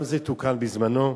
גם זה תוקן בזמנו,